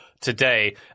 today